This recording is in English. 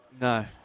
No